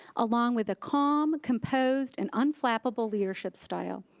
along with a calm, composed, and unflappable leadership style.